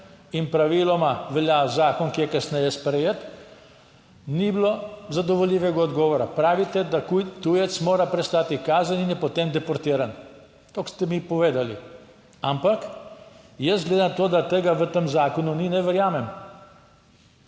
in praviloma velja zakon, ki je kasneje sprejet, ni bilo zadovoljivega odgovora. Pravite, da tujec mora prestati kazen in je potem deportiran, tako ste mi povedali. Ampak jaz glede na to, da tega v tem zakonu ni, ne verjamem.